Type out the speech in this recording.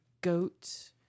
goat